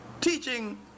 teaching